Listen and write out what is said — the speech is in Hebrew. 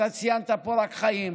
אתה ציינת פה רק חיים,